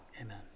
Amen